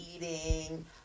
eating